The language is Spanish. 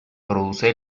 produce